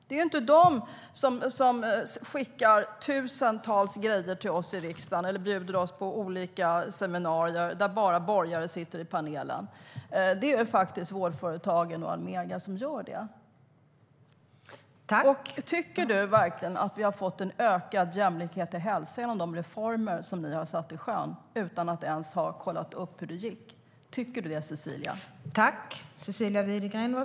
Det är inte de som skickar tusentals grejer till oss i riksdagen eller bjuder oss på olika seminarier, där bara borgare sitter i panelen. Det är faktiskt vårdföretagen och Almega som gör det.